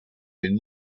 been